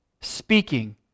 speaking